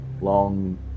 Long